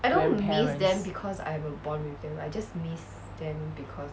grandparents